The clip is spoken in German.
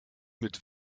mit